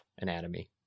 anatomy